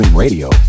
Radio